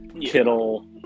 Kittle